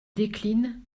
déclinent